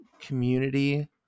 community